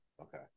okay